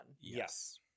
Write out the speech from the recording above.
Yes